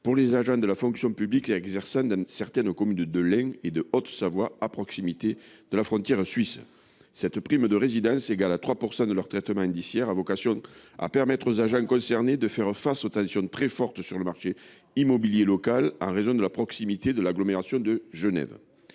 pour les agents de la fonction publique exerçant dans certaines communes de l’Ain et de la Haute Savoie, donc à proximité de la frontière suisse. Cette prime de résidence, égale à 3 % de leur traitement indiciaire, a vocation à permettre aux agents concernés de faire face aux tensions très fortes sur le marché immobilier local en raison de la proximité de l’agglomération de Genève.